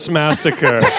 massacre